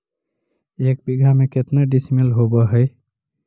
एक बीघा में केतना डिसिमिल होव हइ?